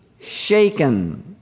shaken